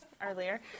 earlier